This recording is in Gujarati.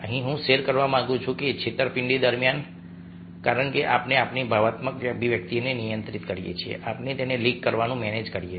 અહીં હું શેર કરવા માંગુ છું કે છેતરપિંડી દરમિયાન કારણ કે આપણે આપણી ભાવનાત્મક અભિવ્યક્તિને નિયંત્રિત કરીએ છીએ આપણે તેને લીક કરવાનું મેનેજ કરીએ છીએ